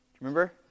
remember